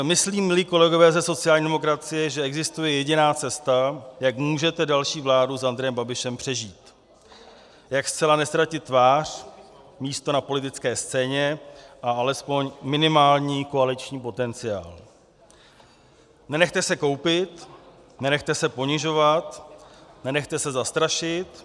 Myslímli, kolegové ze sociální demokracie, že existuje jediná cesta, jak můžete další vládu s Andrejem Babišem přežít, jak zcela neztratit tvář, místo na politické scéně a alespoň minimální koaliční potenciál: nenechte se koupit, nenechte se ponižovat, nenechte se zastrašit.